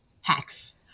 hacks